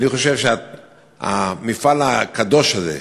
אני חושב שהמפעל הקדוש הזה,